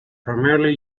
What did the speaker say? primarily